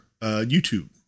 YouTube